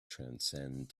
transcend